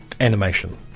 animation